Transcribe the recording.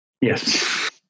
Yes